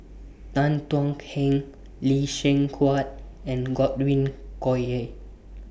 Tan Thuan Heng Lee Seng Huat and Godwin Koay